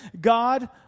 God